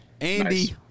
Andy